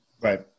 Right